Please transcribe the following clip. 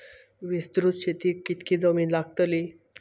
विस्तृत शेतीक कितकी जमीन लागतली?